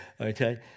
Okay